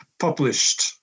published